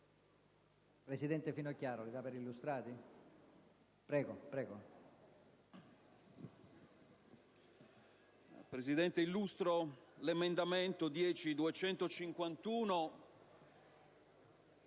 Presidente, ritiro l'emendamento 10.251